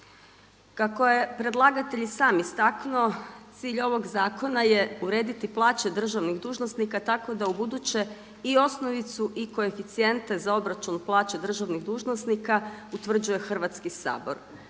Kako je predlagatelj i sam istaknuo cilj ovog zakona je urediti plaće državnih dužnosnika tako da ubuduće i osnovicu i koeficijente za obračun plaća državnih dužnosnika utvrđuje Hrvatski sabor.